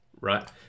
right